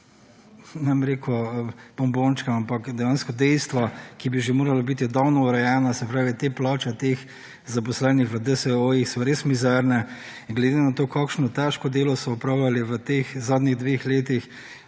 ne bom rekel bombončke, ampak dejansko dejstva, ki bi že morala biti davno urejena, se pravi, plače teh zaposlenih v DSO-jih so res mizerne. In glede na to kako težko delo so opravljali v teh zadnjih dveh letih